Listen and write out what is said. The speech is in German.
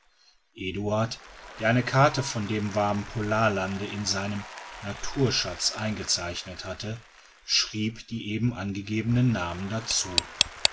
eduard der eine karte von dem warmen polarlande in seinen naturschatz eingezeichnet hatte schrieb die eben angegebenen namen dazu